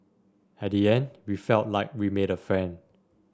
at the end we felt like we made a friend